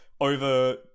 over